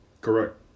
Correct